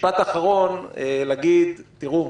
משפט אחרון להגיד, תראו,